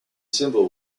symbol